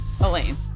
elaine